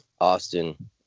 Austin